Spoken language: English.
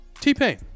t-pain